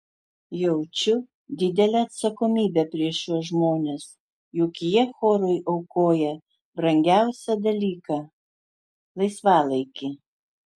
jaučiu didelę atsakomybę prieš šiuos žmones juk jie chorui aukoja brangiausią dalyką laisvalaikį